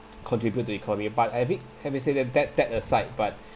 contribute to economy but I think have me say that that aside but